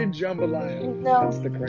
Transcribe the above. jambalaya